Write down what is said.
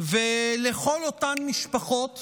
ולכל אותן משפחות